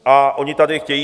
A oni tady chtějí...